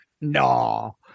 No